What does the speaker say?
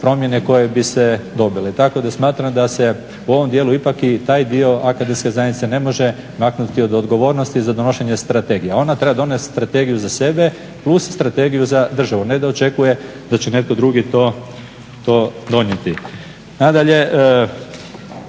promjene koje bi se dobile tako da smatram da se u ovom dijelu ipak i taj dio akademske zajednice ne može maknuti od odgovornosti za donošenje strategije. Ona treba donesti strategiju za sebe plus strategiju za državu, ne da očekuje da će netko drugi to donijeti.